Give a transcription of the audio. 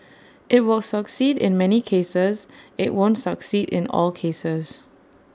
IT will succeed in many cases IT won't succeed in all cases